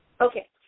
okay